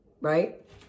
right